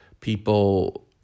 people